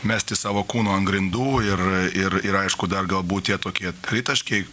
mesti savo kūno ant grindų ir ir ir aišku dar galbūt tie tokie tritaškiai